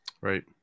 Right